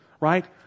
right